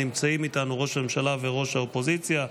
נמצאים איתנו ראש הממשלה וראש האופוזיציה,